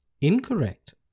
Incorrect